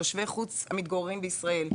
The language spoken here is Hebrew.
תושבי חוץ המתגוררים בישראל,